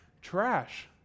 trash